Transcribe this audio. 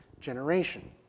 generation